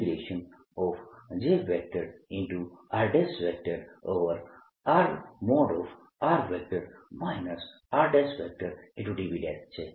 zI તો vector potential A r 04πJ r|r r|dV છે